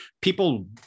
people